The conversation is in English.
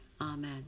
Amen